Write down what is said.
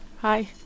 Hi